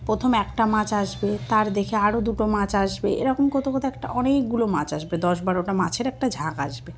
প্রথম একটা মাছ আসবে তার দেখে আরও দুটো মাছ আসবে এরকম করতে করতে একটা অনেকগুলো মাছ আসবে দশ বারোটা মাছের একটা ঝাঁক আসবে